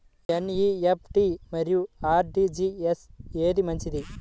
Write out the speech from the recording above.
NEFT మరియు RTGS ఏది మంచిది?